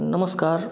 नमस्कार